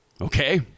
okay